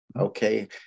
okay